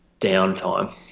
downtime